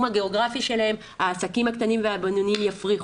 הגיאוגרפי שלהן העסקים הקטנים והבינוניים יפרחו,